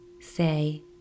say